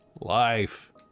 life